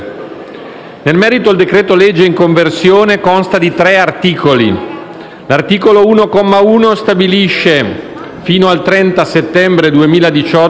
Nel merito il decreto-legge in conversione consta di tre articoli. L'articolo 1, comma 1, stabilisce fino al 30 settembre 2018,